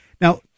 Now